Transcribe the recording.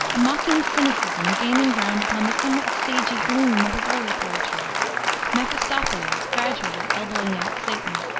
a mocking cynicism gaining ground upon the somewhat stagy gloom of his early poetry mephistophiles gradually elbowing out satan.